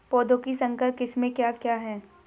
पौधों की संकर किस्में क्या क्या हैं?